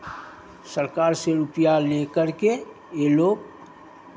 सरकार से रुपैया लेकर के ये लोग